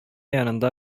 янында